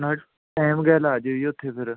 ਨਾਲੇ ਟੈਮ ਗੈਲ ਆ ਜਿਓ ਜੀ ਉੱਥੇ ਫਿਰ